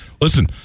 listen